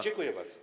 Dziękuję bardzo.